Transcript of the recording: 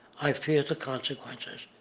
i fear the consequences.